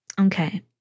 Okay